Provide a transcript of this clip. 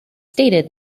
stated